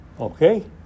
Okay